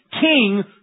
king